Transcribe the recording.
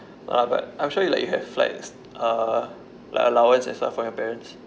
ah lah but I'm sure you like you have like s~ uh like allowance and stuff from your parents